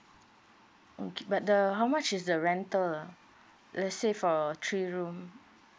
okay but the how much is the rental ah let's say for a three room